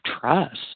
trust